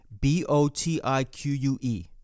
b-o-t-i-q-u-e